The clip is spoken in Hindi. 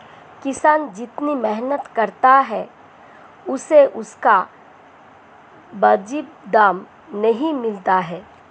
किसान जितनी मेहनत करता है उसे उसका वाजिब दाम नहीं मिलता है